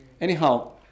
Anyhow